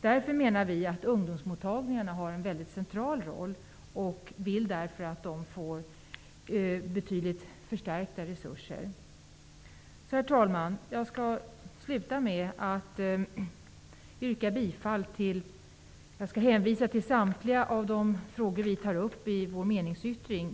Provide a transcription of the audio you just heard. Vi menar att ungdomsmottagningarna spelar en central roll, och vi vill därför att de skall få betydligt förstärkta resurser. Herr talman! Jag slutar med att hänvisa till vår meningsyttring och samtliga de frågor som vi där tar upp.